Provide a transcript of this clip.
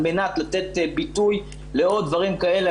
על מנת לתת ביטוי לעוד דברים כאלה.